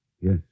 Yes